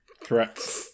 Correct